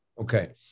Okay